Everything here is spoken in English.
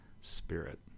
spirit